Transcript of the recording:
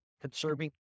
Conserving